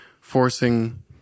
forcing